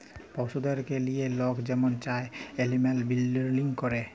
পশুদেরকে লিঁয়ে লক যেমল চায় এলিম্যাল বিরডিং ক্যরে